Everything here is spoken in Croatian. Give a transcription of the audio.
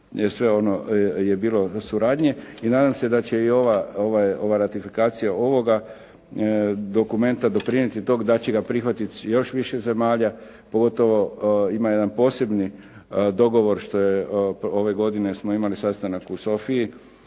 sve ono je bilo suradnje i nadam se da će i ova ratifikacija ovoga dokumenta doprinijeti tog da će ga prihvatiti još više zemalja pogotovo ima jedan posebni dogovor što je ove godine smo imali sastanak u Sofiji